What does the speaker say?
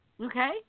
okay